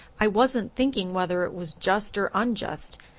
i wasn't thinking whether it was just or unjust.